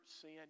sin